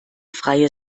freie